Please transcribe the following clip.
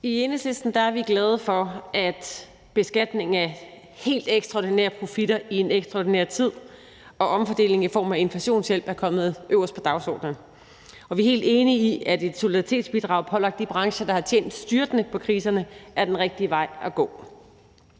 I Enhedslisten er vi glade for, at beskatning af helt ekstraordinære profitter i en ekstraordinær tid og omfordeling i form af inflationshjælp er kommet øverst på dagsordenen, og vi er helt enige i, at et solidaritetsbidrag pålagt de brancher, der har tjent styrtende på kriserne, er den rigtige vej at gå.